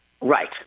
Right